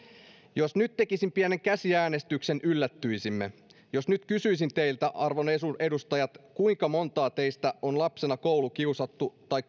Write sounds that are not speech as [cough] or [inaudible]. jos nyt tekisin pienen käsiäänestyksen yllättyisimme jos nyt kysyisin teiltä arvon edustajat kuinka montaa teistä on lapsena koulukiusattu tai [unintelligible]